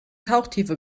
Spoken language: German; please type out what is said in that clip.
tauchtiefe